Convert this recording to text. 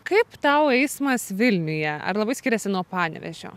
kaip tau eismas vilniuje ar labai skiriasi nuo panevėžio